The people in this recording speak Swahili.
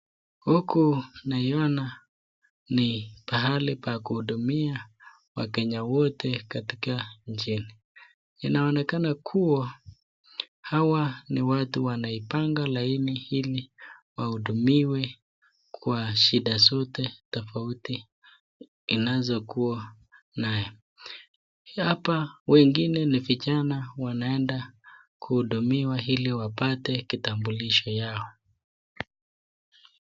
Huku naiona ni pahali pa kuhudumia Wakenya wote katika nchi hii. Inaonekana kuwa hawa ni watu wanaipanga laini ili wahudumiwe kwa shida zote tofauti inazokuwa naye. Hapa wengine ni vijana wanaenda kuhudumiwa ili wapate kitambulisho yao.